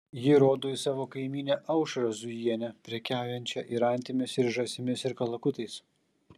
ji rodo į savo kaimynę aušrą zujienę prekiaujančią ir antimis ir žąsimis ir kalakutais